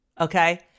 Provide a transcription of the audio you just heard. okay